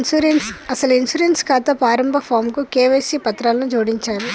అసలు ఈ ఇన్సూరెన్స్ ఖాతా ప్రారంభ ఫాంకు కేవైసీ పత్రాలను జోడించాలి